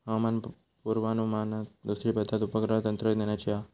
हवामान पुर्वानुमानात दुसरी पद्धत उपग्रह तंत्रज्ञानाची हा